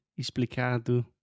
Explicado